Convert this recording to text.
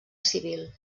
civil